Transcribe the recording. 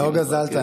לא גזלת,